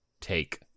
take